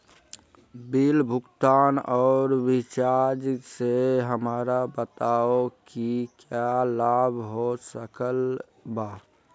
Bill भुगतान और recharge से हमरा बताओ कि क्या लाभ हो सकल बा?